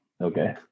Okay